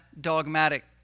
dogmatic